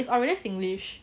it's already singlish